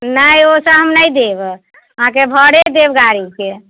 नहि ओसब हम नहि देब अहाँकेँ भाड़े देब गाड़ीके